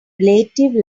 relative